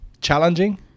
challenging